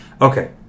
Okay